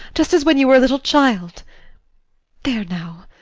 just as when you were a little child there now.